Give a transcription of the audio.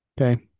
Okay